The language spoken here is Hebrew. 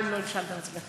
גם אם לא הלשנת על עצמך.